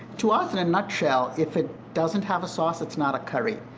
to us, in a nutshell, if it doesn't have a sauce, it's not a curry.